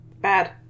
Bad